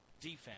defense